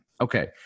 Okay